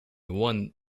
won